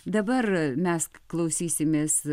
dabar mes klausysimės